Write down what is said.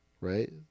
right